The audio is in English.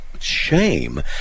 shame